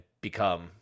become